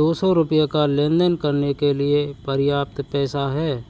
दौ सौ रुपये का लेन देन करने के लिए पर्याप्त पैसा है